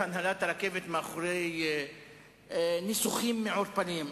עקרונית אנחנו רוצים להשקיע בתשתיות,